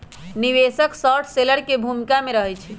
निवेशक short seller की भूमिका में रहइ छै